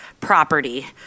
property